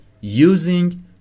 using